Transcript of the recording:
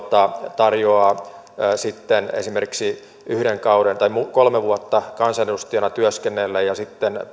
tarjoaa sitten esimerkiksi yhden kauden tai kolme vuotta kansanedustajana työskennelleelle ja sitten